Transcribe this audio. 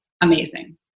amazing